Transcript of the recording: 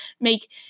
Make